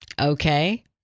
Okay